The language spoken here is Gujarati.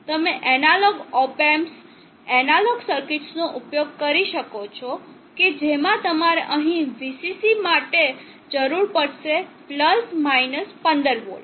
તમે એનાલોગ ઓપેએમ્પ્સ એનાલોગ સર્કિટ્સનો ઉપયોગ કરી શકો છો કે જેમાં તમારે અહીં Vcc માટે જરૂર પડશે 15 વોલ્ટ